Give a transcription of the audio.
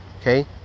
Okay